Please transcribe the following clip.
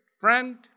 friend